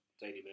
daily